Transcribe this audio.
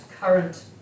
current